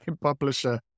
publisher